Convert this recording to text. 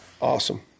Awesome